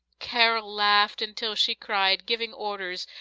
carol laughed until she cried, giving orders,